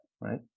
right